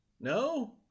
no